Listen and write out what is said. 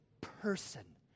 person